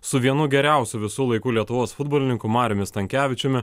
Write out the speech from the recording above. su vienu geriausių visų laikų lietuvos futbolininku mariumi stankevičiumi